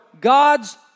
God's